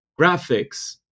graphics